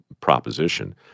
proposition